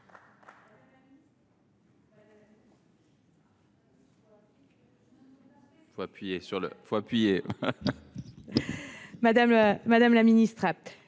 Madame la ministre,